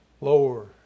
lower